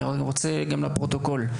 אני רוצה גם לפרוטוקול,